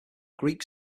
greek